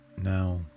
Now